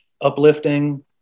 uplifting